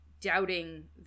doubting